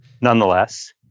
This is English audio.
Nonetheless